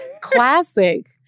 classic